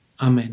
Amen